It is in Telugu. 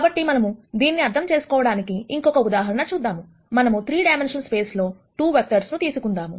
కాబట్టి మనము దీనిని అర్థం చేసుకోవడానికి ఇంకొక ఉదాహరణ చూద్దాం మనము 3 డైమెన్షనల్ స్పేస్ లో 2 వెక్టర్స్ ను తీసుకుందాం